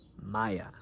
Maya